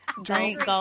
Drink